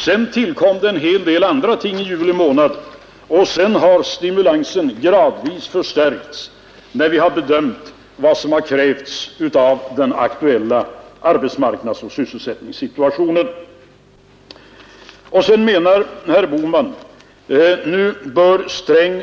Sedan tillkom en hel del andra ting i juli månad, och därefter har stimulansen gradvis förstärkts när vi har bedömt vad den aktuella arbetsmarknadsoch sysselsättningssituationen har krävt. Herr Bohman menar att nu bör Sträng